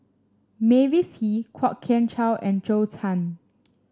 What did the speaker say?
Mavis Hee Kwok Kian Chow and Zhou Can